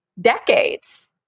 decades